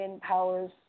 powers